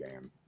game